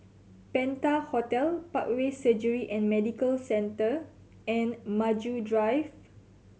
Penta Hotel Parkway Surgery and Medical Centre and Maju Drive